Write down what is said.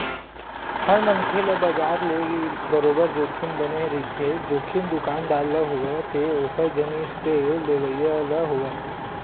हर मनखे ल बजार ले बरोबर जोखिम बने रहिथे, जोखिम दुकानदार ल होवय ते ओखर जिनिस के लेवइया ल होवय